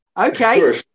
Okay